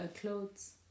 Clothes